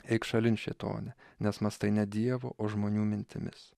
eik šalin šėtone nes mąstai ne dievo o žmonių mintimis